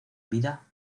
vida